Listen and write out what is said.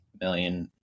million